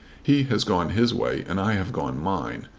he has gone his way, and i have gone mine,